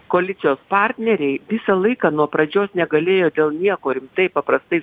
koalicijos partneriai visą laiką nuo pradžios negalėjo dėl nieko rimtai paprastai